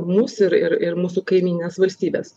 mus ir ir mūsų kaimynines valstybes